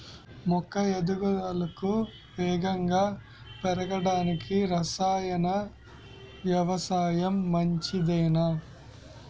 మొక్క ఎదుగుదలకు వేగంగా పెరగడానికి, రసాయన వ్యవసాయం మంచిదేనా?